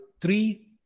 three